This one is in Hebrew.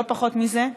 לא פחות מזה.